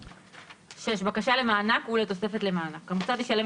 6. בקשה למענק ולתוספת למענק המוסד ישלם